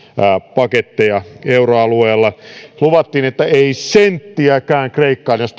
paketteja euroalueella luvattiin että ei senttiäkään kreikkaan jos